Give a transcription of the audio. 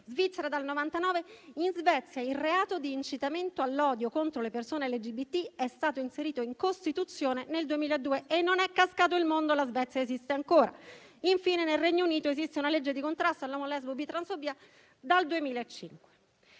Svizzera 1999. In Svezia il reato di incitamento all'odio contro le persone LGBT è stato inserito in Costituzione nel 2002 e non è cascato il mondo e la Svezia esiste ancora. Infine, nel Regno Unito esiste una legge di contrasto all'omolesbobitransfobia dal 2005.